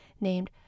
named